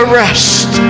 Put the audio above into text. rest